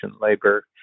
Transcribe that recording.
labor